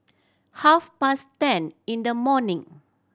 half past ten in the morning